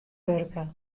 wurke